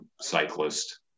cyclist